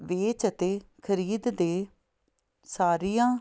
ਵੇਚ ਅਤੇ ਖਰੀਦ ਦੇ ਸਾਰੀਆਂ